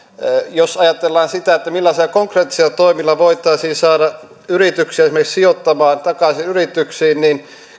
jos ajatellaan sitä millaisilla konkreettisilla toimilla voitaisiin saada yrityksiä esimerkiksi sijoittamaan takaisin yrityksiin niin